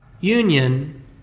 union